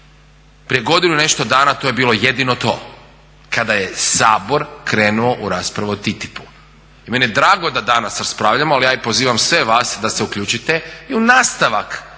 prije godinu i nešto dana to je bilo jedino to, kada je Sabor krenuo u raspravu o TTIP-u. I meni je drago da danas raspravljamo ali ja pozivam sve vas da se uključite i u nastavak